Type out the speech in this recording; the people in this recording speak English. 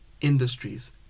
industries